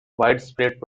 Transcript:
widespread